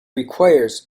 requires